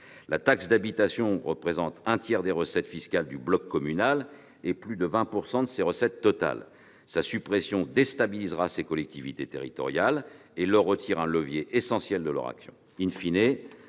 La taxe d'habitation représente un tiers des recettes fiscales du bloc local et plus de 20 % de ses recettes totales. Sa suppression déstabilisera les collectivités territoriales concernées en leur retirant un levier essentiel de leur action.,